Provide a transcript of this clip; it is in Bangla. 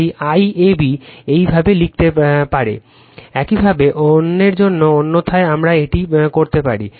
তাই IAB এইভাবে লিখতে পারে একইভাবে অন্যের জন্যও অন্যথায় আমরা এটি করতে পারি